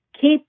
keep